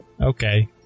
Okay